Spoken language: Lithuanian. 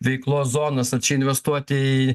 veiklos zonas ar čia investuoti į